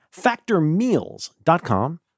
factormeals.com